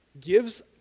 gives